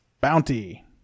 bounty